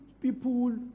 people